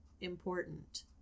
important